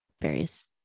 various